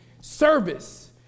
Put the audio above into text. Service